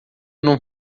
não